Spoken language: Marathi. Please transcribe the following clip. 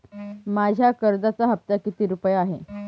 माझ्या कर्जाचा हफ्ता किती रुपये आहे?